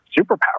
superpower